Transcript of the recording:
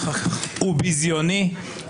הוא ביזיוני.